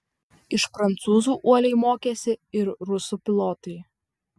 iš prancūzų uoliai mokėsi ir rusų pilotai